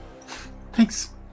Thanks